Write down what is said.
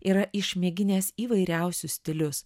yra išmėginęs įvairiausius stilius